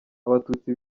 abatutsi